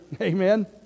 Amen